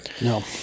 No